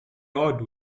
odd